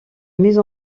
mise